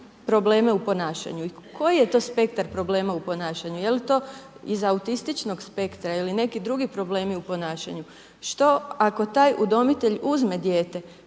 probleme u ponašanju i koji je to spektar problema u ponašanju. Je li to iz autističnog spektra ili neki drugi problemi u ponašanju? Što ako taj udomitelj uzme dijete